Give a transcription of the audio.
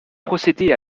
procédé